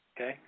Okay